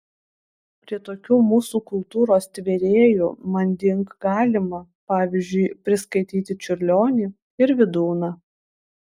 prie tokių mūsų kultūros tvėrėjų manding galima pavyzdžiui priskaityti čiurlionį ir vydūną